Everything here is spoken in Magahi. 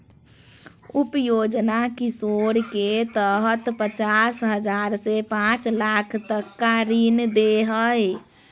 उप योजना किशोर के तहत पचास हजार से पांच लाख तक का ऋण दे हइ